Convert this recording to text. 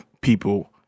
people